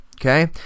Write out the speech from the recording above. Okay